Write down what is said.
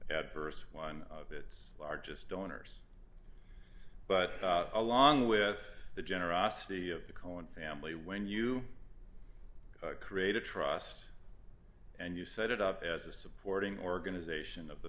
adverse one of its largest donors but along with the generosity of the cohen family when you create a trust and you set it up as a supporting organisation of the